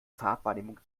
farbwahrnehmung